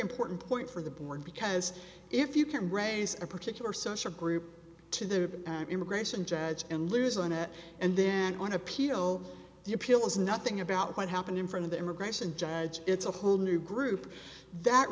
important point for the board because if you can't raise a particular social group to the immigration judge and lose on it and then on appeal the appeal is nothing about what happened in front of the immigration judge it's a whole new group that